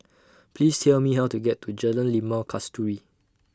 Please Tell Me How to get to Jalan Limau Kasturi